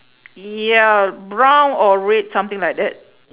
yeah brown or red something like that